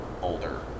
older